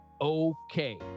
okay